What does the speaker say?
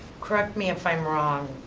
correct me if i'm wrong,